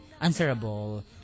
answerable